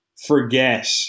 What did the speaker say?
forget